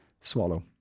swallow